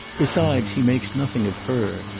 besides, he makes nothing of her.